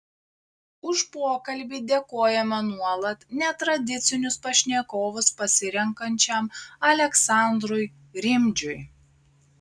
už pokalbį dėkojame nuolat netradicinius pašnekovus pasirenkančiam aleksandrui rimdžiui